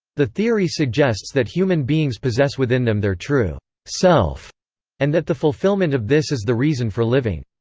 the theory suggests that human beings possess within them their true self and that the fulfillment of this is the reason for living.